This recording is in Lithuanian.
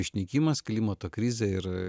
išnykimas klimato krizė ir